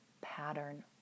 pattern